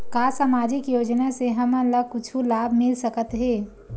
का सामाजिक योजना से हमन ला कुछु लाभ मिल सकत हे?